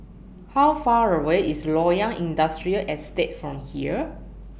How Far away IS Loyang Industrial Estate from here